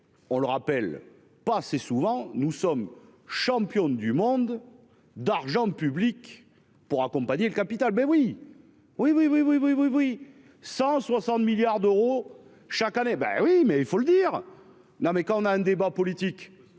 On le rappelle pas assez souvent nous sommes champions du monde d'argent public pour accompagner le capital ben oui. Oui oui oui oui oui oui oui. 160 milliards d'euros chaque année. Ben oui mais il faut le dire. Non mais quand on a un débat politique.